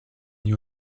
you